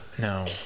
no